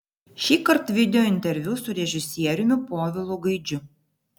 šįkart videointerviu su režisieriumi povilu gaidžiu